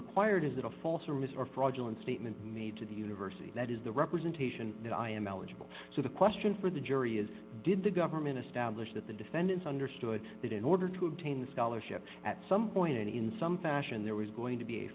required is that a false or mr fraudulent statement made to the university that is the representation that i am eligible so the question for the jury is did the government establish that the defendant understood that in order to obtain a scholarship at some point and in some fashion and there was going to be a